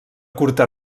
curta